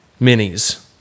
minis